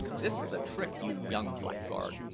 this is a trick, you young blackguard!